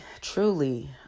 truly